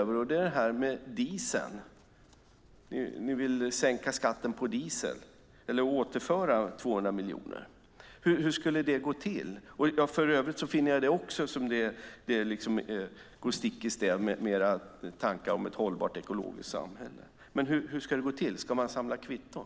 Det gäller detta med diesel. Ni vill ju återföra 200 miljoner där. Hur skulle det gå till? För övrigt finner jag att det går stick i stäv med era tankar om ett hållbart ekologiskt samhälle. Men hur ska det gå till? Ska man samla kvitton?